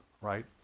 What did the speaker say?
right